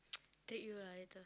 treat you lah later